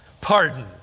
pardon